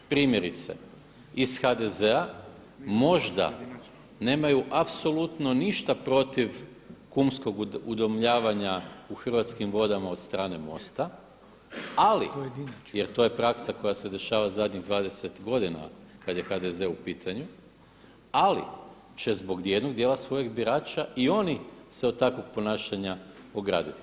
Primjerice iz HDZ-a možda nemaju apsolutno ništa protiv kumskog udomljavanja u Hrvatskim vodama od strane MOST-a, ali jer to je praksa koja se dešava zadnjih 20 godina kad je HDZ u pitanju, ali će zbog jednog djela svojih birača i oni se od takvog ponašanja ograditi.